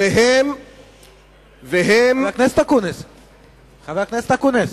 חבר הכנסת אקוניס,